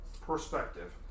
perspective